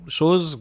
Shows